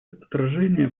отражение